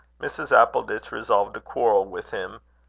mrs. appleditch resolved to quarrel with him,